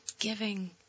giving